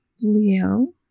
Leo